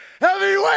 heavyweight